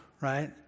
right